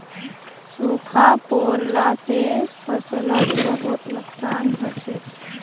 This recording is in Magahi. सूखा पोरला से फसलक बहुत नुक्सान हछेक